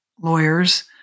lawyers